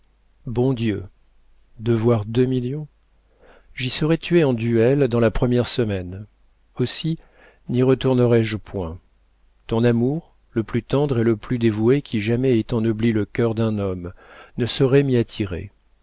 bon dieu devoir deux millions j'y serais tué en duel dans la première semaine aussi n'y retournerai je point ton amour le plus tendre et le plus dévoué qui jamais ait ennobli le cœur d'un homme ne saurait m'y